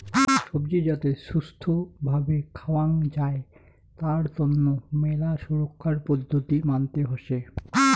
সবজি যাতে ছুস্থ্য ভাবে খাওয়াং যাই তার তন্ন মেলা সুরক্ষার পদ্ধতি মানতে হসে